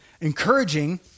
encouraging